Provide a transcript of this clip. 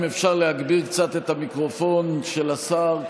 אם אפשר להגביר קצת את המיקרופון של השר,